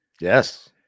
Yes